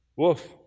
Woof